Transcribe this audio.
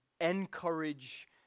encourage